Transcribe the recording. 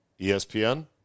ESPN